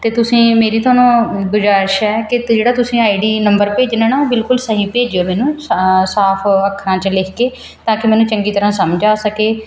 ਅਤੇ ਤੁਸੀਂ ਮੇਰੀ ਤੁਹਾਨੂੰ ਗੁਜ਼ਾਰਿਸ਼ ਹੈ ਕਿ ਜਿਹੜਾ ਤੁਸੀਂ ਆਈ ਡੀ ਨੰਬਰ ਭੇਜਣਾ ਨਾ ਬਿਲਕੁਲ ਸਹੀ ਭੇਜਿਓ ਮੈਨੂੰ ਸਾਫ ਸਾਫ ਅੱਖਰਾਂ 'ਚ ਲਿਖ ਕੇ ਤਾਂ ਕਿ ਮੈਨੂੰ ਚੰਗੀ ਤਰਾਂ ਸਮਝ ਆ ਸਕੇ